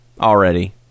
already